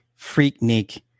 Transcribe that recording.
Freaknik